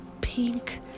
pink